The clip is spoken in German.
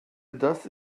das